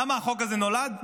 למה החוק הזה נולד?